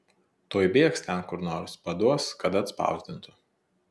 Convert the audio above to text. tuoj bėgs ten kur nors paduos kad atspausdintų